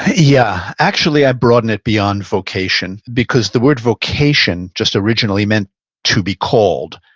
yeah, actually, i broaden it beyond vocation because the word vocation just originally meant to be called.